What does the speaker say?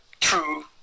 true